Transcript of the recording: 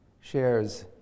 shares